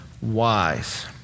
wise